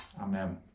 Amen